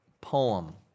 poem